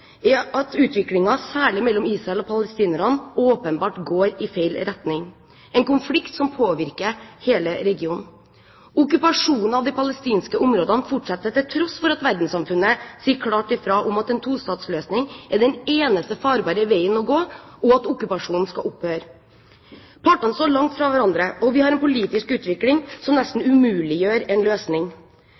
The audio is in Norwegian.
er at utviklingen, særlig mellom Israel og palestinerne, åpenbart går i feil retning. Dette er en konflikt som påvirker hele regionen. Okkupasjonen av de palestinske områdene fortsetter, til tross for at verdenssamfunnet sier klart ifra om at en tostatsløsning er den eneste farbare veien å gå, og at okkupasjonen skal opphøre. Partene står langt fra hverandre, og vi har en politisk utvikling som nesten umuliggjør en løsning.